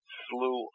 slew